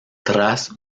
tras